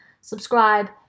subscribe